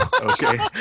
Okay